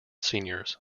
seniors